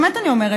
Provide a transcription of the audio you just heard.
באמת אני אומרת.